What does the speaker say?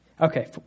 Okay